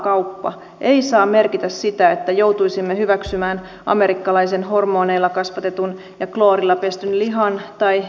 vapaakauppa ei saa merkitä sitä että joutuisimme hyväksymään amerikkalaisen hormoneilla kasvatetun ja kloorilla pestyn lihan tai geenimanipuloidut kasvit